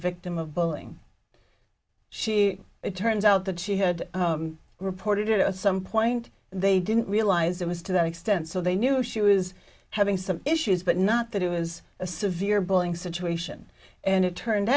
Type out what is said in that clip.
victim of bulling she it turns out that she had reported it at some point they didn't realize it was to that extent so they knew she was having some issues but not that it was a severe bowling situation and it turned